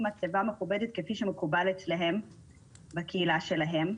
מצבה מכובדת כפי שמקובל בקהילה שלהם.